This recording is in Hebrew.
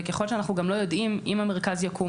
וככל שאנחנו גם לא יודעים אם המרכז יקום,